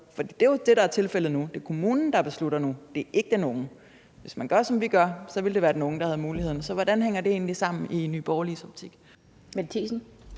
det er jo det, der er tilfældet nu. Det er kommunen, der beslutter det nu, det er ikke den unge. Hvis man gør, som vi foreslår, ville det være den unge, der havde mulighederne. Så hvordan hænger det egentlig sammen i Nye Borgerliges optik?